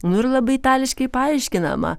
nu ir labai itališkai paaiškinama